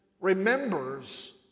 remembers